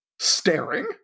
staring